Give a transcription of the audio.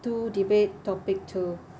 two debate topic two